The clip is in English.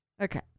Okay